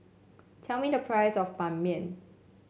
tell me the price of Ban Mian